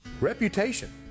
Reputation